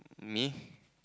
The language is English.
me